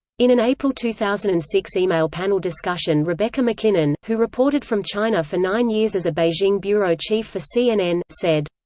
in an april two thousand and six e-mail panel discussion rebecca mackinnon, who reported from china for nine years as a beijing bureau chief for cnn, said.